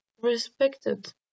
respected